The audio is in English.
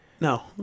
no